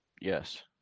Yes